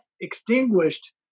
extinguished